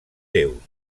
déus